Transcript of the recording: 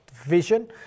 vision